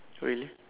really